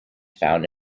found